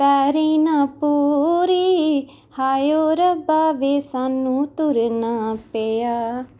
ਪੈਰੀਂ ਨਾ ਪੂਰੀ ਹਾਏ ਓ ਰੱਬਾ ਵੇ ਸਾਨੂੰ ਤੁਰਨਾ ਪਿਆ